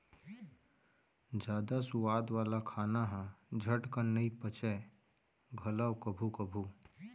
जादा सुवाद वाला खाना ह झटकन नइ पचय घलौ कभू कभू